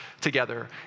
together